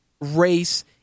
race